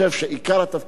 עם אישור החוק הזה,